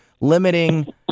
limiting